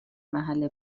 محل